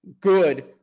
good